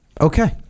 okay